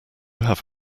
have